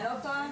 אני טועה?